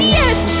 yes